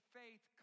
faith